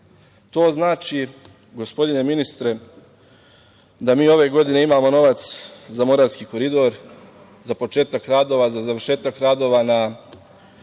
znači, gospodine ministre da mi ove godine imamo novac za Moravski korodor, za početak radova, za završetak radova na